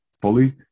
fully